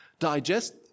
Digest